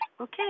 Okay